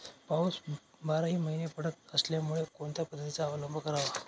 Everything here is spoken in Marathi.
पाऊस बाराही महिने पडत असल्यामुळे कोणत्या पद्धतीचा अवलंब करावा?